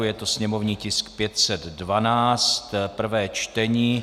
Je to sněmovní tisk 512, prvé čtení.